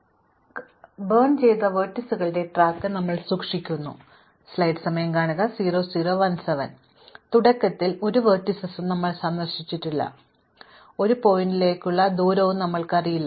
അതിനാൽ കത്തിച്ച വെർട്ടീസുകളുടെ ട്രാക്ക് ഞങ്ങൾ സൂക്ഷിക്കുന്നു തുടക്കത്തിൽ ഒന്നും സന്ദർശിച്ചിട്ടില്ല തുടക്കത്തിൽ ഏതെങ്കിലും ശീർഷകത്തിലേക്കുള്ള ദൂരം ഞങ്ങൾക്ക് അറിയില്ല